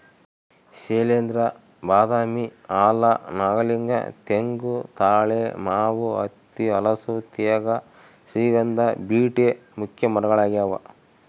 ಶೈಲೇಂದ್ರ ಬಾದಾಮಿ ಆಲ ನಾಗಲಿಂಗ ತೆಂಗು ತಾಳೆ ಮಾವು ಹತ್ತಿ ಹಲಸು ತೇಗ ಶ್ರೀಗಂಧ ಬೀಟೆ ಮುಖ್ಯ ಮರಗಳಾಗ್ಯಾವ